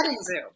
zoo